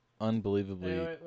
unbelievably